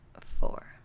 four